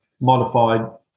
modified